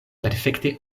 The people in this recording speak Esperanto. perfekte